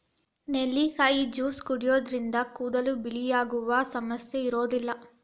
ನೆಲ್ಲಿಕಾಯಿ ಜ್ಯೂಸ್ ಕುಡಿಯೋದ್ರಿಂದ ಕೂದಲು ಬಿಳಿಯಾಗುವ ಸಮಸ್ಯೆ ಇರೋದಿಲ್ಲ